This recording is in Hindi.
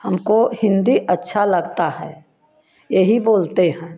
हमको हिन्दी अच्छा लगता है यही बोलते हैं